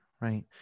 Right